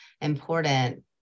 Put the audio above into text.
important